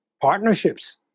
partnerships